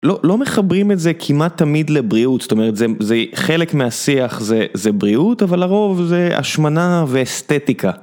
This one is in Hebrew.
לא, לא מחברים את זה כמעט תמיד לבריאות, זאת אומרת זה חלק מהשיח זה בריאות, אבל הרוב זה השמנה ואסתטיקה.